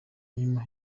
nyuma